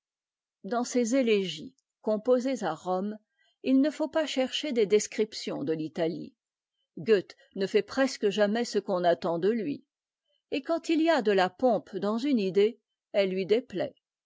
dans ses étégies composées à rome il ne faut pas chercher des descriptions de h taiie goeth ne fait presque jamais ce qu'on attend de lui et quand il y a de a pompe dans une idée eue lui dépiaït